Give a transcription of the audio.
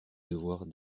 devoirs